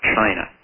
China